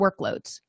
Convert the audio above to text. workloads